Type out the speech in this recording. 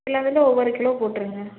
எல்லா இதுலேயும் ஒவ்வொரு கிலோ போட்டுருங்க